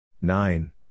Nine